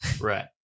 Right